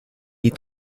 est